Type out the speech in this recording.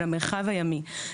של המרחב הימי.